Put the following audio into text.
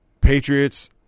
Patriots